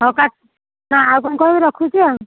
ହଉ କାଟ୍ ନା ଆଉ କ'ଣ କହିବ ରଖୁଛି ଆଉ